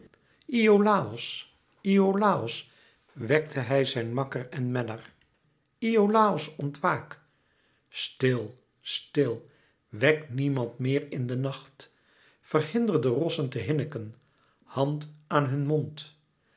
iolàos wekte hij zijn makker en menner iolàos ontwaak stil stil wek niemand meer in de nacht verhinder de rossen te hinniken hand aan hun mond